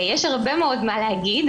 יש הרבה מאוד מה להגיד,